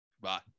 Bye